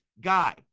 guy